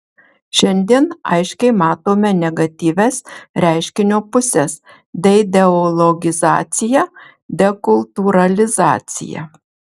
šiandien aiškiai matome negatyvias reiškinio puses deideologizaciją dekultūralizaciją